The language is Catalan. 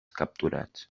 capturats